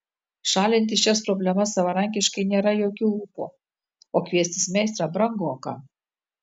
šalinti šias problemas savarankiškai nėra jokių ūpo o kviestis meistrą brangoka